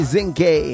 Zinke